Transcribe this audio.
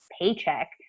paycheck